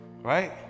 right